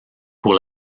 pour